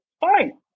fine